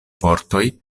vortoj